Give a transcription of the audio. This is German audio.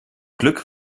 glück